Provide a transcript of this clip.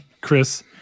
chris